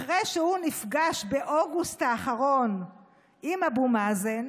אחרי שהוא נפגש באוגוסט האחרון עם אבו מאזן,